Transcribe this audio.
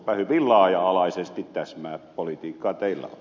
hyvin laaja alaisesti täsmäpolitiikkaa teillä